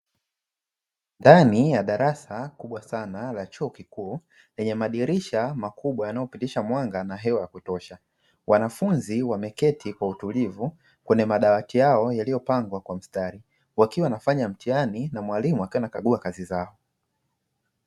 Ndani ya darasa kubwa sana la chuo kikuu lenye madirisha makubwa yanayopitisha mwanga na hewa ya kutosha, wanafunzi wameketi kwa utulivu kwenye madawati yao yaliyopangwa kwa mstari wakiwa wanafanya mtihani na mwalimu akiwa akagua kazi zao.